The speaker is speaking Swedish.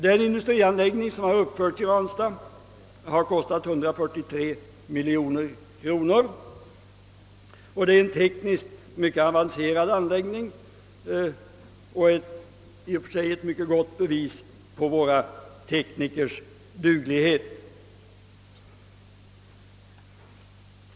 Den industrianläggning som uppförts i Ranstad har kostat 143 miljoner kronor och är en tekniskt sett mycket avancerad anläggning, i och för sig ett mycket gott bevis på våra teknikers duglighet.